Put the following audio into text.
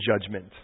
judgment